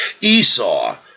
Esau